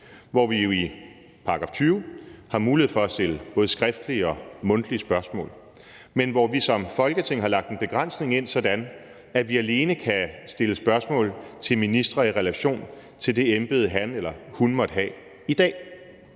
hvor vi jo i § 20 har mulighed for at stille både skriftlige og mundtlige spørgsmål, men hvor vi som Folketing har lagt en begrænsning ind, sådan at vi alene kan stille spørgsmål til ministre i relation til det embede, han eller hun måtte have i dag.